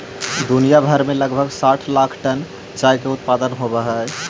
दुनिया भर में लगभग साठ लाख टन चाय के उत्पादन होब हई